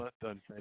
done